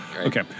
Okay